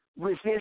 Resist